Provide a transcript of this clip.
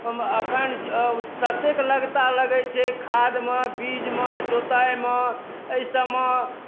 एखन ततेक लगता लगैत छै खादमे बीजमे जोताइमे एहि सभमे